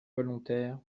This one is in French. volontaires